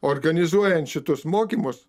organizuojant šitus mokymus